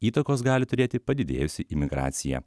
įtakos gali turėti padidėjusi imigracija